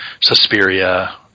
Suspiria